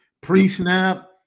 pre-snap